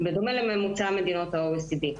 בדומה לממוצע מדינות ה-OECD.